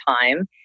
time